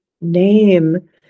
name